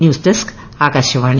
news desk Akashvani